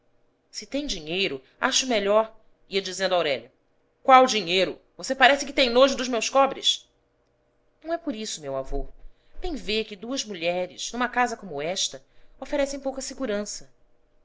se tem dinheiro acho melhor ia dizendo aurélia qual dinheiro você parece que tem nojo dos meus cobres não é por isso meu avô bem vê que duas mulheres numa casa como esta oferecem pouca segurança